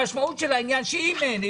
המשמעות של העניין שאם אין,